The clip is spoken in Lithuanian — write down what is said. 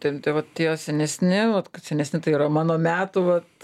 ten tie va tie senesni vat kad senesni tai yra mano metų vat